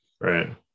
Right